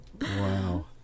Wow